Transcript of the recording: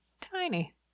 Tiny